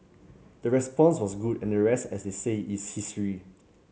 the response was good and the rest as they say is history